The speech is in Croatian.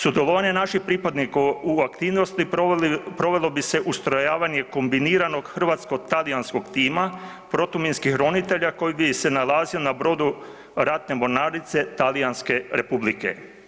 Sudjelovanje naših pripadnika u aktivnosti provelo bi se ustrojavanje kombiniranog hrvatsko-talijanskog tima protuminskih ronitelja koji bi se nalazio na brodu Ratne mornarice Talijanske Republike.